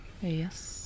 Yes